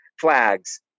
flags